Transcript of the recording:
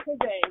today